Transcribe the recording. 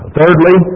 Thirdly